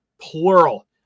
plural